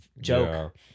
joke